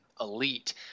elite